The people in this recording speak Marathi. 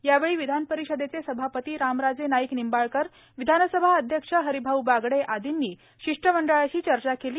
यावेळी विधानपरिषदेचे सभापती रामराजे नाईक निंबाळकर विधानसभा अध्यक्ष हरिभाऊ बागडे आदींनी शिष्टमंडळाशी चर्चा केली